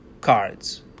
cards